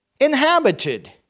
inhabited